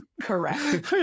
Correct